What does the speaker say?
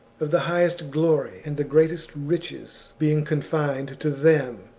of the highest glory and the greatest riches being confined to them.